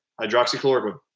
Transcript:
hydroxychloroquine